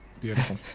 Beautiful